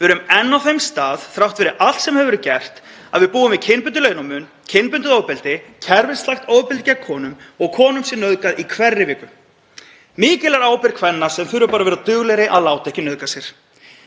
Við erum enn á þeim stað, þrátt fyrir allt sem hefur verið gert, að við búum við kynbundinn launamun, kynbundið ofbeldi, kerfislægt ofbeldi gegn konum og að konum sé nauðgað í hverri viku. Mikil er ábyrgð kvenna sem þurfa bara að vera duglegri að láta ekki nauðga sér.